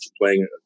playing